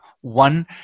One